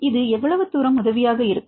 இது எவ்வளவு தூரம் உதவியாக இருக்கும்